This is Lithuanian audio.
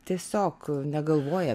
tiesiog negalvojai